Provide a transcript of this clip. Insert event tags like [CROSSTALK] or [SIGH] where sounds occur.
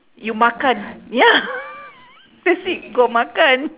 you makan ya [LAUGHS] that's it go makan